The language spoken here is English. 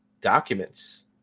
documents